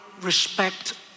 respect